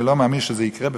אני לא מאמין שזה יקרה בכלל.